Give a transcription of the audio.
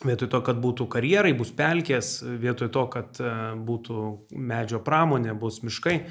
vietoj to kad būtų karjerai bus pelkės vietoj to kad būtų medžio pramonė bus miškai